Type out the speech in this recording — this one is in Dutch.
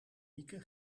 mieke